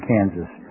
Kansas